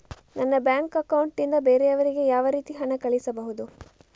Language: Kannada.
ನನ್ನ ಬ್ಯಾಂಕ್ ಅಕೌಂಟ್ ನಿಂದ ಬೇರೆಯವರಿಗೆ ಯಾವ ರೀತಿ ಹಣ ಕಳಿಸಬಹುದು?